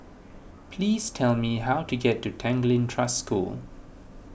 please tell me how to get to Tanglin Trust School